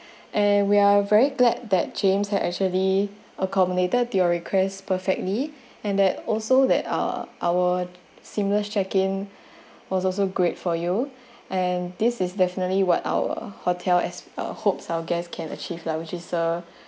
and we are very glad that james had actually accommodated the guest perfectly and that also that our our similar check in was also great for you and this is definitely what our hotel as uh hopes our guests can achieve lah which is a